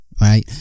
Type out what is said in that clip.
right